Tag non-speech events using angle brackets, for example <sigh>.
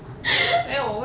<laughs>